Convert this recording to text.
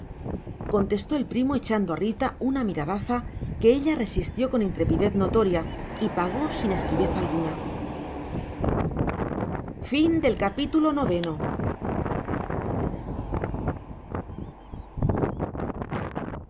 la alameda contestó el primo echando a rita una miradaza que ella resistió con intrepidez notoria y pagó sin esquivez alguna y